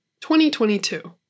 2022